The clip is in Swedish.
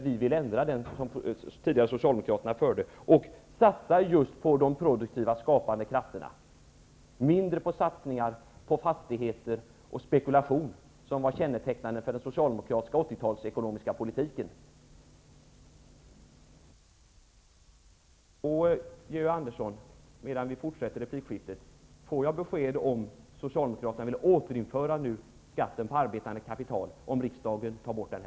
Vi vill ändra den av Socialdemokraterna tidigare förda politiken och satsa på de produktiva, skapande krafterna, men mindre på fastigheter och spekulation, vilket var kännetecknande för den socialdemokratiska ekonomiska politiken under Georg Andersson! Får jag medan vi fortsätter replikskiftet besked om huruvida Socialdemokraterna nu vill återinföra skatten på arbetande kapital, om riksdagen avskaffar den?